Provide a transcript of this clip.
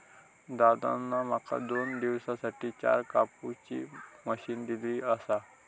दादान माका दोन दिवसांसाठी चार कापुची मशीन दिलली आसा